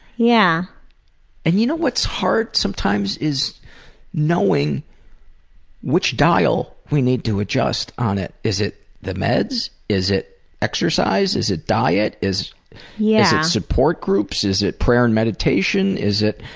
yeah and you know what's hard sometimes is knowing which dial we need to adjust on it. is it the meds? is it exercise? is it diet? is yeah it support groups? is it prayer and meditation? is it